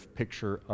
picture